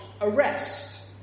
arrest